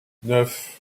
neuf